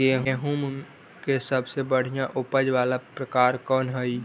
गेंहूम के सबसे बढ़िया उपज वाला प्रकार कौन हई?